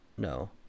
No